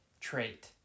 trait